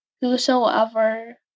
Whosoever